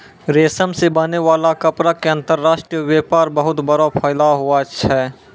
रेशम से बनै वाला कपड़ा के अंतर्राष्ट्रीय वेपार बहुत बड़ो फैलाव हुवै छै